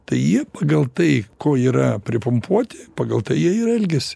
tai jie pagal tai ko yra pripumpuoti pagal tai jie ir elgias